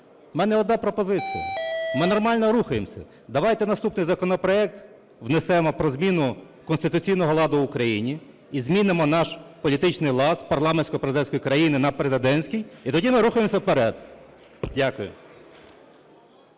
У мене одна пропозиція. Ми нормально рухаємося, давайте наступний законопроект внесемо про зміну конституційного ладу в Україні - і змінимо наш політичний лад з парламентсько-президентської країни на президентський, і тоді ми рухаємося вперед. Дякую.